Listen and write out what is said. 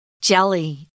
Jelly